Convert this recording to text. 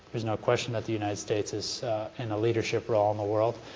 there's no question that the united states is in a leadership role in the world,